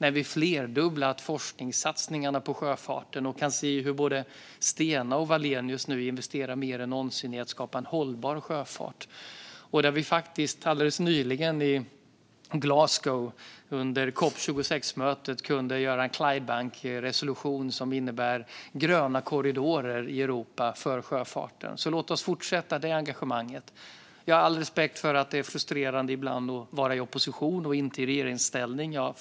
Vi har flerdubblat forskningssatsningarna på sjöfarten och kan se hur både Stena och Wallenius nu investerar mer än någonsin i att skapa en hållbar sjöfart. Under COP 26-mötet i Glasgow alldeles nyligen kunde vi anta Clydebank-deklarationen, som innebär gröna korridorer i Europa för sjöfarten. Låt oss fortsätta det engagemanget! Jag har all respekt och förståelse för att det ibland är frustrerande att vara i opposition och inte i regeringsställning.